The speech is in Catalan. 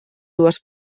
dues